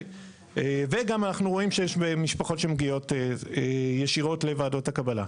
וגם אנחנו רואים שיש משפחות שמגיעות ישירות לוועדות הקבלה.